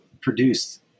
produced